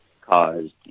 caused